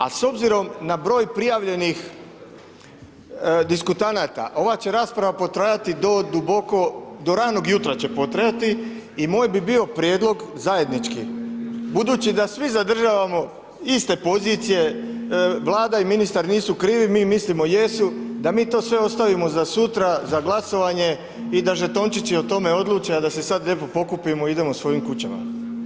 A s obzira na broj prijavljenih diskutanata, ova će rasprava potrajati do duboko, do ranog jutra će potrajati i moj bi bio prijedlog zajednički, budući da svi zadržavamo iste pozicije, vlada i ministar nisu krivi, mi mislimo jesu, da mi to sve ostavimo za sutra, za glasovanje i da žetončići o tome odluče, a da se sada lijepo pokupimo i idemo svojim kućama.